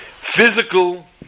Physical